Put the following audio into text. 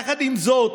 יחד עם זאת,